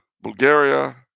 Bulgaria